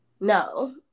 no